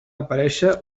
aparèixer